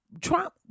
Trump